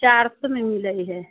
चार सए मे मिलैत हय